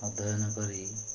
ଅଧ୍ୟୟନ କରି